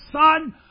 Son